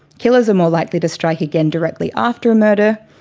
killers are more likely to strike again directly after a murder,